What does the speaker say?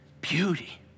beauty